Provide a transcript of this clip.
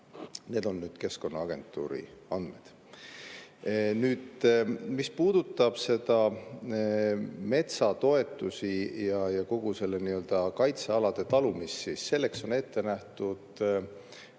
Need on nüüd Keskkonnaagentuuri andmed. Nüüd, mis puudutab metsatoetusi ja kogu seda nii-öelda kaitsealade talumist, siis selleks on ette nähtud